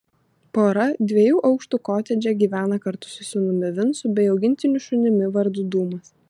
pora dviejų aukštų kotedže gyvena kartu su sūnumi vincu bei augintiniu šunimi vardu dūmas